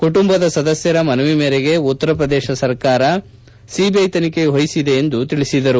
ಕುಟುಂಬದ ಸದಸ್ನರ ಮನವಿಯ ಮೇರೆಗೆ ಉತ್ತರ ಪ್ರದೇಶ ಸರ್ಕಾರ ಸಿಬಿಐ ತನಿಖೆಗೆ ವಹಿಸಿದೆ ಎಂದು ಹೇಳಿದರು